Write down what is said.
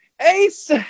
Ace